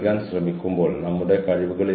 അവർ ശ്രദ്ധിക്കുന്നില്ലെന്ന് ഞാൻ കരുതുന്നു